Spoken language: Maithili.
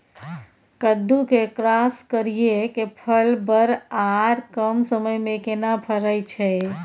कद्दू के क्रॉस करिये के फल बर आर कम समय में केना फरय छै?